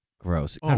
gross